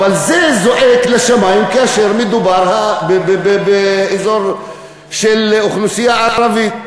אבל זה זועק לשמים כאשר מדובר באזור של אוכלוסייה ערבית.